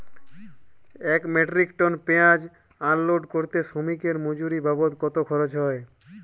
এক metric ton পেঁয়াজ unload করতে শ্রমিকের মজুরি বাবদ কত খরচ হয়?